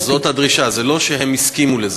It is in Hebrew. אה, זאת הדרישה, זה לא שהם הסכימו לזה.